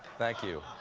thank you.